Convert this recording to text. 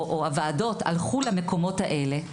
או הוועדות הלכו למקומות האלה,